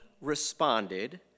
responded